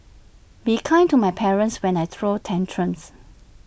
be kind to my parents when I throw tantrums